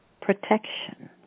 protection